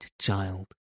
child